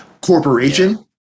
corporation